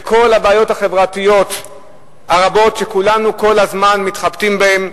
לכל הבעיות החברתיות הרבות שכולנו כל הזמן מתחבטים בהן,